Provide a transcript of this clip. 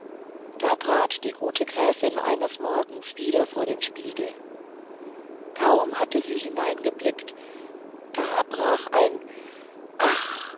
da trat die gute gräfin eines morgens wieder vor den spiegel kaum hatte sie hineingeblickt da brach ein ach